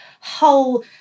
whole